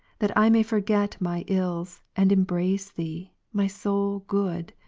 that i may forget my ills, and embrace thee, my sole good!